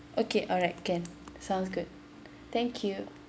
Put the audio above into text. okay alright can sounds good thank you